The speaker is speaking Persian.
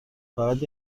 فقط